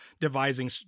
devising